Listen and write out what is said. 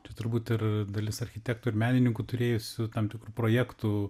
tu turbūt ir dalis architektų ir menininkų turėjusių tam tikrų projektų